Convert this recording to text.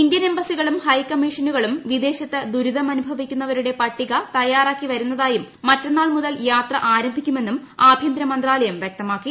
Indian എംബസികളും ഹൈക്കമ്മീഷനുകളും വിദേശത്ത് ദുരിതം അനുഭവിക്കുന്നവരുടെ പട്ടിക തയ്യാറാക്കിവരുന്നതായും മറ്റെന്നാൾ മുതൽ യാത്ര ആരംഭിക്കുമെന്നും ആഭ്യന്തര മന്ത്രാലയം വ്യക്തമാക്കി